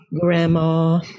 Grandma